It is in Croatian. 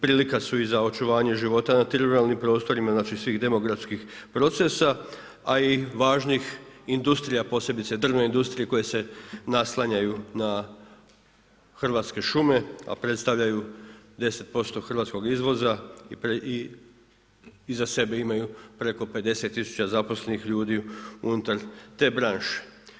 Prilika su i za očuvanje života na tim ruralnim prostorima, znači, svih demografskih procesa, a i važnih industrija, posebice drvne industrije koje se naslanjaju na Hrvatske šume, a predstavljaju 10% hrvatskog izvoza i iza sebe imaju preko 50 tisuća zaposlenih ljudi unutar te branše.